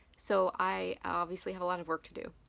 so i obviously have a lot of work to do.